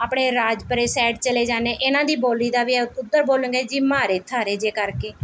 ਆਪਣੇ ਰਾਜਪੁਰੇ ਸਾਈਡ ਚਲੇ ਜਾਂਦੇ ਇਹਨਾਂ ਦੀ ਬੋਲੀ ਦਾ ਵੀ ਉੱਧਰ ਬੋਲੂਗੇ ਜੀ ਮਾਰੇ ਥਾਰੇ ਜੇ ਕਰ ਕੇ